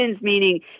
meaning